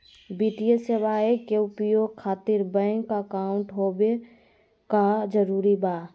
वित्तीय सेवाएं के उपयोग खातिर बैंक अकाउंट होबे का जरूरी बा?